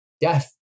death